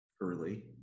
early